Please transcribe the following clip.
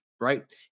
right